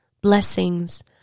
blessings